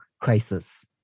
crisis